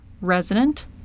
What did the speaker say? resident